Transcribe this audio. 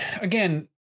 again